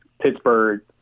Pittsburgh